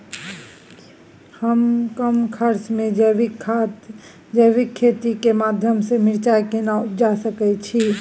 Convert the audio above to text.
हम कम खर्च में जैविक खेती के माध्यम से मिर्चाय केना उपजा सकेत छी?